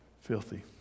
filthy